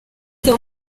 john